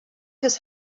his